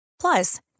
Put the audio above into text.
Plus